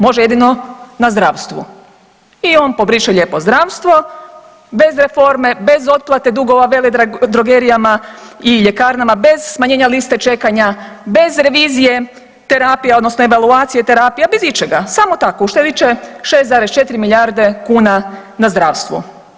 Može jedino na zdravstvu i on pobriše lijepo zdravstvo bez reforme, bez otplate dugova veledrogerijama i ljekarnama, bez smanjenja liste čekanja, bez revizije, terapija odnosno evaluacije terapija, bez ičega samo tako uštedjet će 6,4 milijarde kuna na zdravstvu.